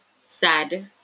sad